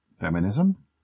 feminism